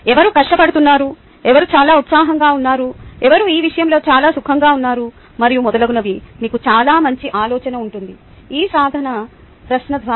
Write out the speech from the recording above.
ఎవరు కష్టపడుతున్నారు ఎవరు చాలా ఉత్సాహంగా ఉన్నారు ఎవరు ఈ విషయంలో చాలా సుఖంగా ఉన్నారు మరియు మొదలగునవి మీకు చాలా మంచి ఆలోచన ఉంటుంది ఈ సాధన ప్రశ్న ద్వారా